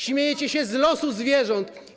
Śmiejecie się z losu zwierząt.